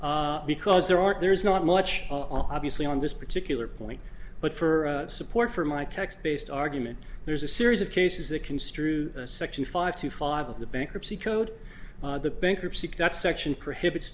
cases because there are there's not much obviously on this particular point but for support for my text based argument there's a series of cases that construe section five to five of the bankruptcy code the bankruptcy that section prohibits